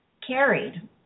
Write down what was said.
carried